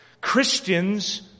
Christians